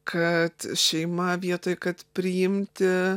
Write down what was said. kad šeima vietoj kad priimti